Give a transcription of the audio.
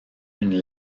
une